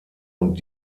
und